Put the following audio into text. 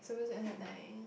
supposed to end at nine